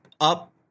up